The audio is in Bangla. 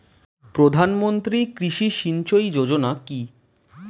প্রধানমন্ত্রী কৃষি সিঞ্চয়ী যোজনা কি?